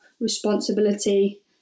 responsibility